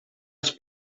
als